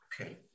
Okay